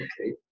Okay